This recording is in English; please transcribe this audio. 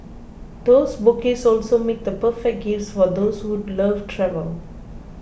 those bouquets also make the perfect gifts for those who love travel